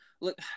look